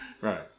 Right